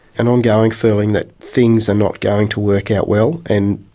an ongoing feeling that things are not going to work out well and,